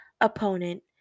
opponent